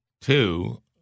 Two